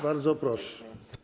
Bardzo proszę.